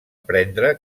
prendre